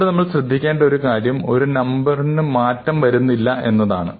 ഇവിടെ നമ്മൾ ശ്രദ്ധിക്കേണ്ട ഒരു കാര്യം ഈ നമ്പറിനു മാറ്റം വരുന്നില്ല എന്നതാണ്